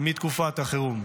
מתקופת החירום.